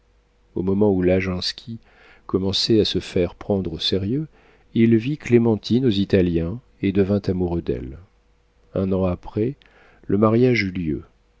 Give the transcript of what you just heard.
au moment où laginski commençait à se faire prendre au sérieux il vit clémentine aux italiens et devint amoureux d'elle un an après le mariage eut lieu